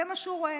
זה מה שהוא רואה,